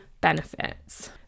benefits